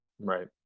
Right